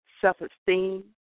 self-esteem